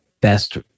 best